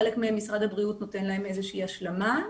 לחלק מהם משרד הבריאות נותן איזושהי השלמה.